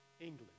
England